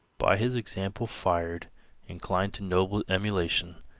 by his example fired inclined to noble emulation,